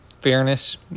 Fairness